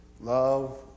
love